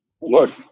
look